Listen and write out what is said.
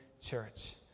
church